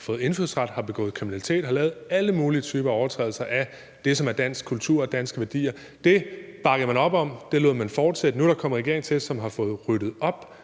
har fået indfødsret, har begået kriminalitet og har lavet alle mulige typer af overtrædelser af det, som er dansk kultur og danske værdier. Det bakkede man op om, det lod man fortsætte. Nu er der kommet en regering til, som har fået ryddet op